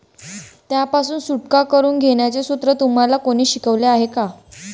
त्यापासून सुटका करून घेण्याचे सूत्र तुम्हाला कोणी शिकवले आहे का?